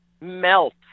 melt